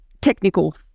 technical